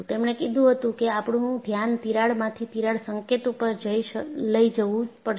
તેમણે કીધું હતું કે આપણું ધ્યાન તિરાડમાંથી તિરાડ સંકેત ઉપર લઈ જવું પડશે